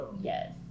Yes